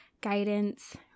guidance